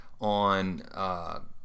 on